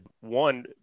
One